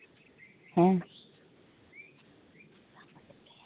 ᱦᱮᱸ